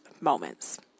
moments